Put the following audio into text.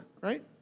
right